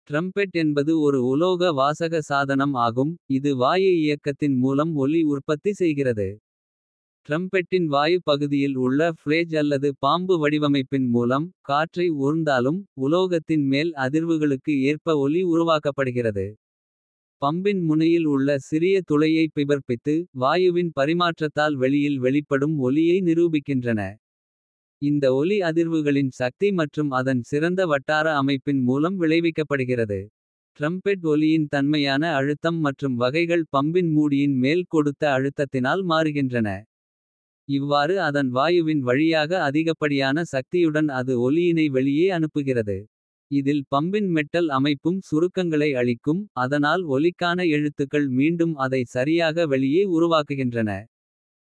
ட்ரம்பெட் என்பது ஒரு உலோக வாசக சாதனம் ஆகும். இது வாயு இயக்கத்தின் மூலம் ஒலி உற்பத்தி செய்கிறது. ட்ரம்பெட்டின் வாயு பகுதியில் உள்ள ஃப்ளேஜ் அல்லது. பாம்பு வடிவமைப்பின் மூலம் காற்றை ஊர்ந்தாலும். உலோகத்தின் மேல் அதிர்வுகளுக்கு ஏற்ப ஒலி உருவாக்கப்படுகிறது. பம்பின் முனையில் உள்ள சிறிய துளையைப் பிபர்ப்பித்து. வாயுவின் பரிமாற்றத்தால் வெளியில் வெளிப்படும் ஒலியை. நிரூபிக்கின்றன இந்த ஒலி அதிர்வுகளின் சக்தி மற்றும் அதன். சிறந்த வட்டார அமைப்பின் மூலம் விளைவிக்கப்படுகிறது. ட்ரம்பெட் ஒலியின் தன்மையான அழுத்தம் மற்றும் வகைகள். பம்பின் மூடியின் மேல் கொடுத்த அழுத்தத்தினால் மாறுகின்றன. இவ்வாறு அதன் வாயுவின் வழியாக அதிகப்படியான சக்தியுடன். அது ஒலியினை வெளியே அனுப்புகிறது இதில் பம்பின் மெட்டல். அமைப்பும் சுருக்கங்களை அளிக்கும் அதனால் ஒலிக்கான. எழுத்துக்கள் மீண்டும் அதை சரியாக வெளியே உருவாக்குகின்றன.